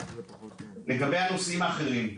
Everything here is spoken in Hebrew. לגבי הנושאים האחרים,